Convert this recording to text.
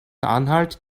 anhalt